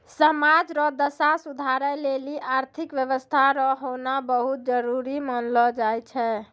समाज रो दशा सुधारै लेली आर्थिक व्यवस्था रो होना बहुत जरूरी मानलौ जाय छै